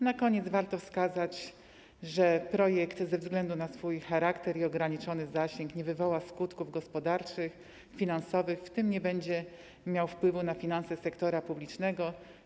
Na koniec warto wskazać, że projekt ustawy ze względu na swój charakter i ograniczony zasięg nie wywoła skutków gospodarczych, finansowych, w tym nie będzie miał wpływu na finanse sektora publicznego.